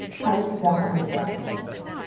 how would you document and